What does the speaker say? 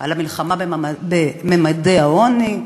על המלחמה בממדי העוני,